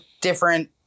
different